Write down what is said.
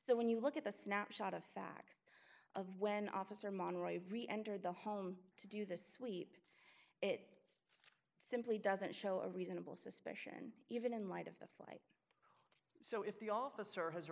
so when you look at the snapshot of facts of when officer monroy re entered the home to do the sweep it simply doesn't show a reasonable suspicion even in light of the flight so if the officer has